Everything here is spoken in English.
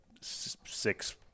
six